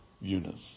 Eunice